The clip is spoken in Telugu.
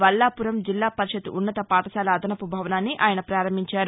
వల్లాపురం జిల్లా పరిషత్ ఉన్నత పాఠశాల అదనపు భవనాన్ని ఆయన ప్రారంభించారు